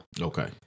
Okay